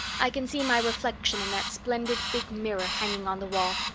i can see my reflection in that splendid big mirror hanging on the wall.